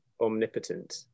omnipotent